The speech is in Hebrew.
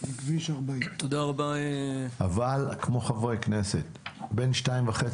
כביש 40. עברה שנה ועוד לא התכנס שום דיון רציני.